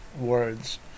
words